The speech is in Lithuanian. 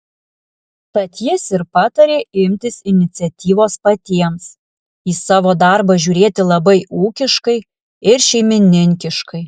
tad jis ir patarė imtis iniciatyvos patiems į savo darbą žiūrėti labai ūkiškai ir šeimininkiškai